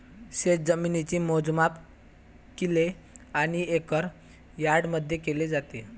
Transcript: शेतजमिनीचे मोजमाप किल्ले आणि एकर यार्डमध्ये केले जाते